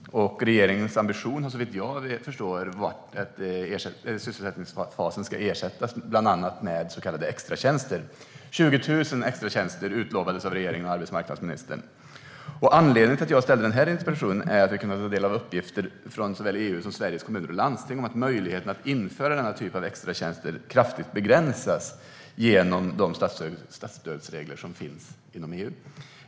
Regeringens ambition har, såvitt jag förstår, varit att sysselsättningsfasen ska ersättas med bland annat så kallade extratjänster. 20 000 extratjänster utlovades av regeringen och arbetsmarknadsministern. Anledningen till att jag ställde interpellationen är att vi har kunnat ta del av uppgifter från såväl EU som Sveriges Kommuner och Landsting om att möjligheten att införa denna typ av extratjänster kraftigt begränsas genom de statsstödsregler som finns inom EU.